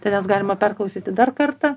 ten jas galima perklausyti dar kartą